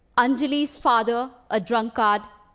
anjali's father, a drunkard,